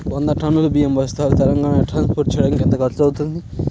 వంద టన్నులు బియ్యం బస్తాలు తెలంగాణ ట్రాస్పోర్ట్ చేయటానికి కి ఎంత ఖర్చు అవుతుంది?